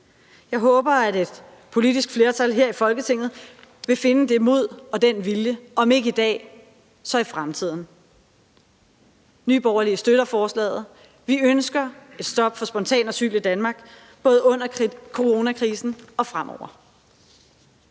Jeg håber, at et politisk flertal her i Folketinget vil finde det mod og den vilje – om ikke i dag, så i fremtiden. Nye Borgerlige støtter forslaget. Vi ønsker et stop for spontan asyl i Danmark, både under coronakrisen og fremover.